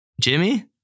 Jimmy